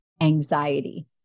anxiety